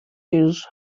his